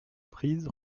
prise